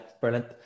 brilliant